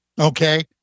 okay